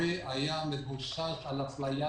מקורי היה מבוסס על אפליה